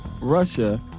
Russia